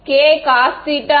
kcosθ மற்றும் Kyksinθ